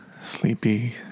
Sleepy